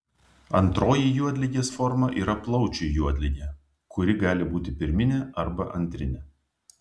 antroji juodligės forma yra plaučių juodligė kuri gali būti pirminė arba antrinė